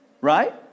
Right